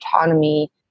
autonomy